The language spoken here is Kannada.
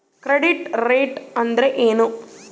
ಕ್ರೆಡಿಟ್ ರೇಟ್ ಅಂದರೆ ಏನು?